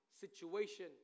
situation